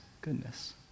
goodness